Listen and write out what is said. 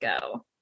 go